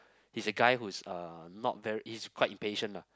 he's a guy who's uh not very he's quite impatient lah